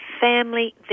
family